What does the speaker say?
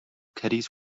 caddies